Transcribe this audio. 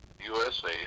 USA